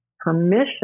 permission